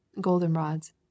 goldenrods